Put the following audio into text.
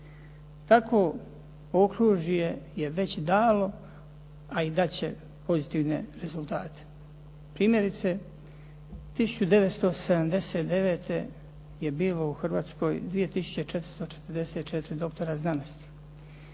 Takvo okružje je već dalo a i dat će pozitivne rezultate. Primjerice, 1979. je bilo u Hrvatskoj 2444 doktora znanosti.